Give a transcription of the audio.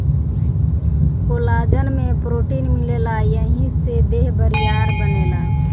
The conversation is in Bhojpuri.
कोलाजन में प्रोटीन मिलेला एही से देह बरियार बनेला